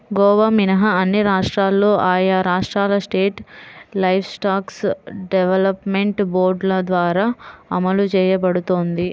గోవా మినహా అన్ని రాష్ట్రాల్లో ఆయా రాష్ట్రాల స్టేట్ లైవ్స్టాక్ డెవలప్మెంట్ బోర్డుల ద్వారా అమలు చేయబడుతోంది